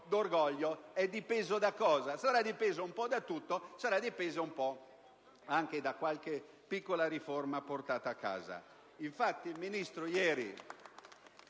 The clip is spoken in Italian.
d'orgoglio. È dipeso da cosa? Sarà dipeso un po' da tutto e anche da qualche piccola riforma portata a casa.